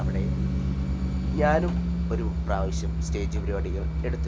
അവിടെ ഞാനും ഒരു പ്രാവശ്യം സ്റ്റേജ് പരിപാടികൾ എടുത്തിട്ടുണ്ട്